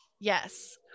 Yes